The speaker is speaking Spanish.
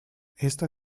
esta